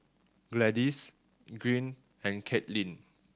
Gladis Greene and Caitlynn